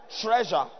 treasure